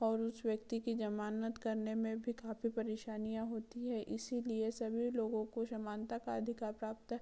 और उस व्यक्ति की जमानत करने में भी काफी परेशानियाँ होती हैं इसीलिए सभी लोगों को समानता का अधिकार प्राप्त है